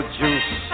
juice